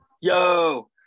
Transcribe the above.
yo